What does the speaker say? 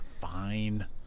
Fine